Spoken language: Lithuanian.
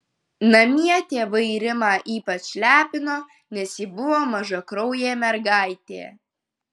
namie tėvai rimą ypač lepino nes ji buvo mažakraujė mergaitė